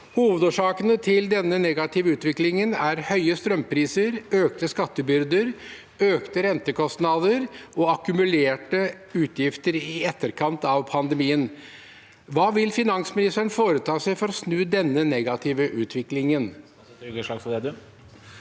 Hovedårsakene til denne negative utviklingen er høye strømpriser, økte skattebyrder, økte rentekostnader og akkumulerte utgifter i etterkant av pandemien. Hva vil statsråden foreta seg for å snu denne negative utviklingen?»